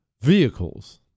vehicles